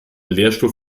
lehrstuhl